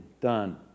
done